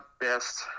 best